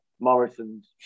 Morrison's